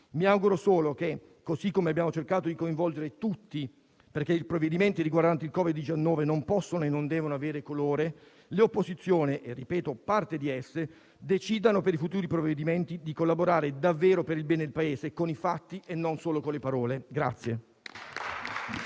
Mi auguro solo che, così come abbiamo cercato di coinvolgere tutti, perché i provvedimenti riguardanti il Covid-19 non possono e non devono avere colore, le opposizioni - o meglio, parte di esse - decidano per i futuri provvedimenti di collaborare davvero per il bene del Paese con i fatti e non solo con le parole.